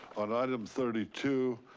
on item thirty two,